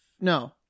no